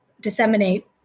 disseminate